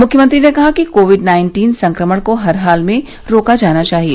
मुख्यमंत्री ने कहा कि कोविड नाइन्टीन संक्रमण को हर हाल में रोका जाना चाहिए